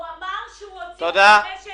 הוא אמר שהוא הוציא אחרי שהם הסכימו.